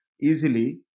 easily